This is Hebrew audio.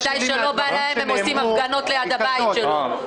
מתי שלא בא להם הם עושים הפגנות ליד הבית שלו.